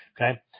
Okay